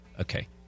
Okay